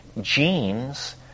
genes